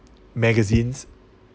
magazines